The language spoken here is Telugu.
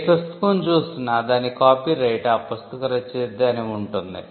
ఏ పుస్తకం చూసినా దాని కాపీరైట్ ఆ పుస్తక రచయితదే అని ఉంటుంది